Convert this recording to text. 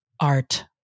art